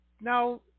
Now